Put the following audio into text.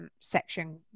section